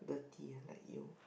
dirty ah like you